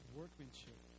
workmanship